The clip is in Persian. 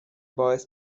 باعث